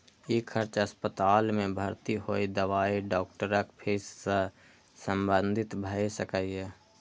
ई खर्च अस्पताल मे भर्ती होय, दवाई, डॉक्टरक फीस सं संबंधित भए सकैए